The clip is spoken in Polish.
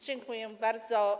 Dziękuję bardzo.